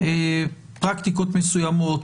פרקטיקות מסוימות,